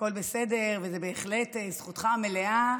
הכול בסדר, וזו בהחלט זכותך המלאה.